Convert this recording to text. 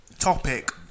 topic